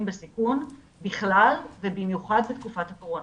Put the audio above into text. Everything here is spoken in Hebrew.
בסיכון בכלל ובמיוחד בתקופת הקורונה.